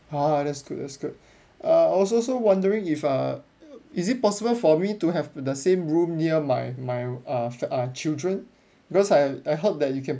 a'ah that's good that's good err I was also wondering if uh is it possible for me to have the same room near my my uh f~ uh children because I I hope that you can